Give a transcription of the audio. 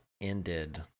ended